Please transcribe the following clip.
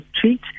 treat